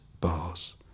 bars